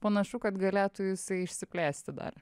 panašu kad galėtų jisai išsiplėsti dar